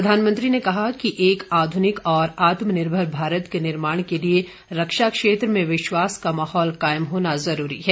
प्रधानमंत्री ने कहा कि एक आधुनिक और आत्मनिर्भर भारत के निर्माण के लिए रक्षा क्षेत्र में विश्वास का माहौल कायम होना जरुरी है